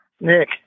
Nick